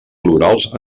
florals